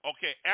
Okay